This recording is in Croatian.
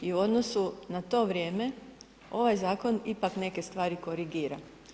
I u odnosu na to vrijeme ovaj zakon ipak neke stvari korigira.